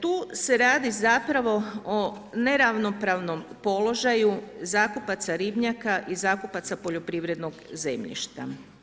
Tu se radi zapravo o neravnopravnom položaju zakupaca ribnjaka i zakupaca poljoprivrednog zemljišta.